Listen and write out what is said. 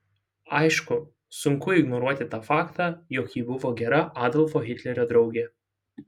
aišku sunku ignoruoti tą faktą jog ji buvo gera adolfo hitlerio draugė